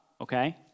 okay